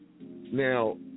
Now